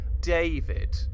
David